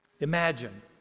Imagine